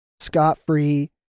scot-free